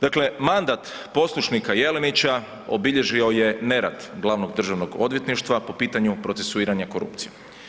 Dakle mandat poslušnika Jelenića obilježio je nerad glavnog državnog odvjetništva po pitanju procesuiranja korupcije.